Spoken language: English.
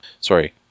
Sorry